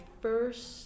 first